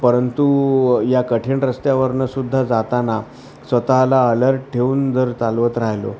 परंतु या कठीण रस्त्यावरून सुद्धा जाताना स्वतःला अलर्ट ठेवून जर चालवत राहिलो